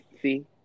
see